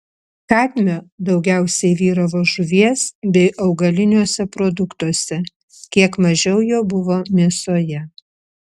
kadmio daugiausiai vyravo žuvies bei augaliniuose produktuose kiek mažiau jo buvo mėsoje